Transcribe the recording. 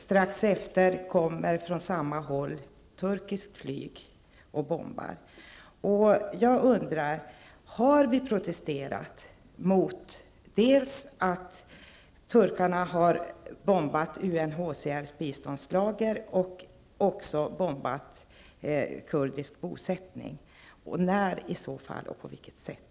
Strax därefter kom från samma håll turkiskt flyg och bombade. Har Sverige protesterat mot att turkarna har bombat UNHCRs biståndslager och också bombat kurdiska bosättningar? I så fall när och på vilket sätt?